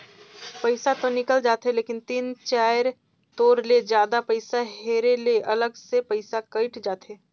पइसा तो निकल जाथे लेकिन तीन चाएर तोर ले जादा पइसा हेरे ले अलग से पइसा कइट जाथे